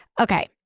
Okay